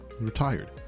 retired